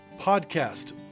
podcast